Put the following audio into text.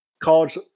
college